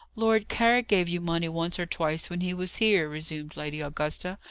lord carrick gave you money once or twice when he was here, resumed lady augusta,